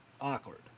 awkward